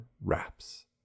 wraps